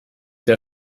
der